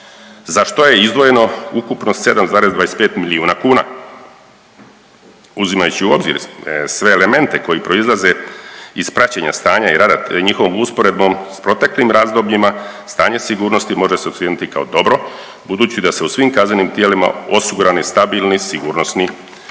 za što je izdvojeno ukupno 7,25 milijuna kuna. Uzimajući u obzir sve elemente koji proizlaze iz praćenja stanja i rada, te njihovom usporedbom sa proteklim razdobljima stanje sigurnosti može se ocijeniti kao dobro budući da se u svim kaznenim tijelima osigurani stabilni, sigurnosni uvjeti.